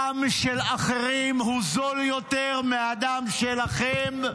דם של אחרים הוא זול יותר מהדם שלכם?